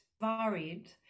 varied